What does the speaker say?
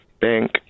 Bank